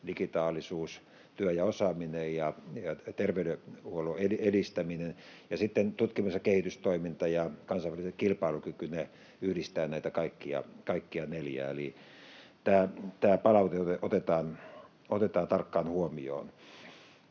digitaalisuus, työ ja osaaminen ja terveydenhuollon edistäminen. Sitten tutkimus- ja kehitystoiminta ja kansainvälinen kilpailukyky yhdistävät näitä kaikkia neljää. Eli tämä palaute otetaan tarkkaan huomioon.